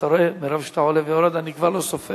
אתה רואה, מרוב שאתה עולה ויורד, אני כבר לא סופר.